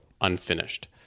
unfinished